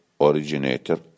originator